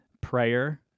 prayer